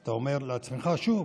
אתה אומר לעצמך: שוב?